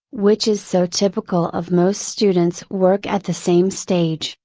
which is so typical of most students' work at the same stage,